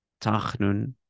Tachnun